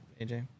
AJ